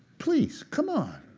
please, come on.